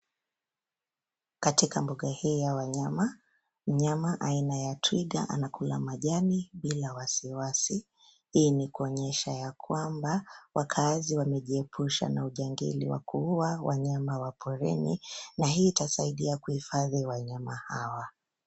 Katika mbuga hii ya wanyama, mnyama aina ya twiga anakula majani bila wasi wasi. Hii ni kuonyesha ya kwamba wakaaji wamejiepusha na ujangili wa kuua wanyama wa porini na hii itasaidia kuhifadhi wanyama hawa.